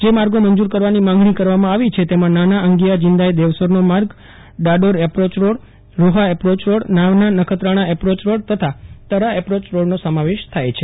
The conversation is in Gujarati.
જે માર્ગો મંજૂર કરવાની માગણી કરવામાં આવી છે તેમાં નાના અંગિયા જિંદાય દેવસરનો માર્ગ Dador approach road Roha approach road Nana Nakhatrana approach road તથા તરા એપ્રોચ રોડ નો સમાવેશ થાય છે